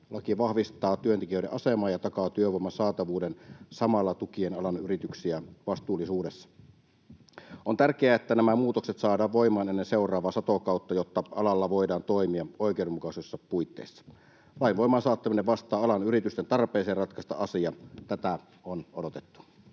Laki vahvistaa työntekijöiden asemaa ja takaa työvoiman saatavuuden samalla tukien alan yrityksiä vastuullisuudessa. On tärkeää, että nämä muutokset saadaan voimaan ennen seuraavaa satokautta, jotta alalla voidaan toimia oikeudenmukaisissa puitteissa. Lain voimaansaattaminen vastaa alan yritysten tarpeeseen ratkaista asia. Tätä on odotettu.